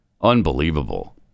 Unbelievable